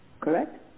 Correct